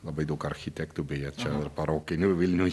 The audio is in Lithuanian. labai daug architektų beje čia paraukinių vilniuje